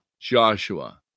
joshua